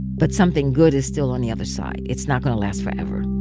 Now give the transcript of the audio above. but something good is still on the other side. it's not going to last forever